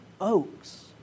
oaks